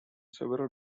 several